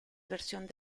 versión